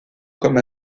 comme